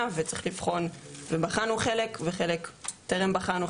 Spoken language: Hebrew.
וצריך לבחון ובחנו חלק וחלק טרם בחנו,